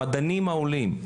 המדענים העולים,